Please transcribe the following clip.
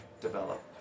develop